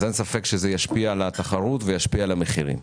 זה ישפיע על התחרות וישפיע על המחירים.